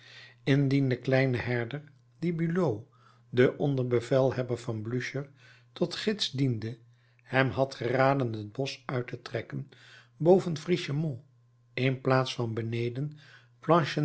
de kleine herder die bulow den onderbevelhebber van blücher tot gids diende hem had geraden het bosch uit te trekken boven frischemont in plaats van beneden